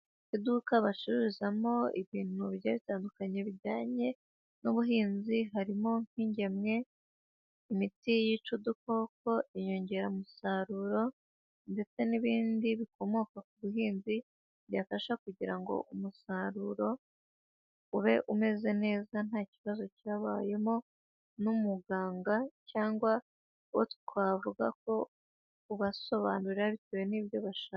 Iduka bacururizamo ibintu bigiye bitandukanye bijyanye n'ubuhinzi, harimo nk'ingemwe, imiti yica udukoko, inyongeramusaruro, ndetse n'ibindi bikomoka ku buhinzi byafasha kugira ngo umusaruro ube umeze neza nta kibazo cyabayemo, n'umuganga cyangwa uwo twavuga ko ubasobanura bitewe n'ibyo bashaka.